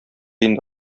инде